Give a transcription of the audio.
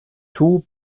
two